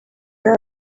ari